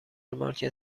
مارکت